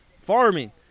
farming